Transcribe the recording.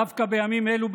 דווקא בימים אלו,